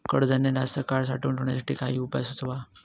कडधान्य जास्त काळ साठवून ठेवण्यासाठी काही उपाय सुचवा?